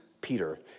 Peter